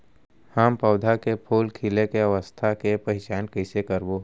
हम पौधा मे फूल खिले के अवस्था के पहिचान कईसे करबो